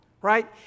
right